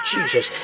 Jesus